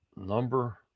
number